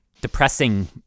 depressing